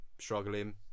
struggling